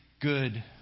good